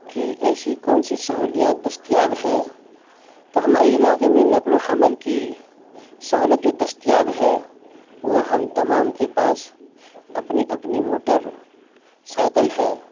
کی ایسی کون سی سہولیات دستیاب ہیں تو ہمارے علاقے میں نقل و حمل کی سہولت جو دستیاب ہے وہ ہم تمام کے پاس اپنی اپنی موٹر سائیکل ہے